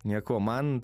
nieko man